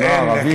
רב עיר,